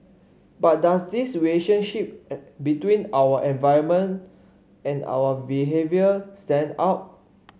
but does this relationship between our environment and our behaviour stand out